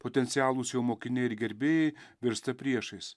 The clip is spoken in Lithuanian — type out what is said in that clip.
potencialūs jo mokiniai ir gerbėjai virsta priešais